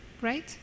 Right